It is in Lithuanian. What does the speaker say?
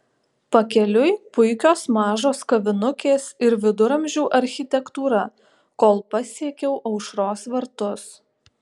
pakeliui puikios mažos kavinukės ir viduramžių architektūra kol pasiekiau aušros vartus